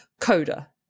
Coda